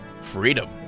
freedom